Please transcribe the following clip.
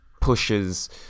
pushes